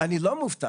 אני לא מופתע.